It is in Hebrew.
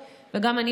קודם כול,